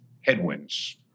headwinds